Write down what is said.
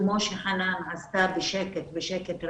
כמו שחנאן עשתה בשקט, בשקט רב.